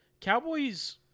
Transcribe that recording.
cowboys